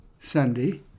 Sunday